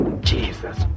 Jesus